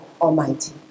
Almighty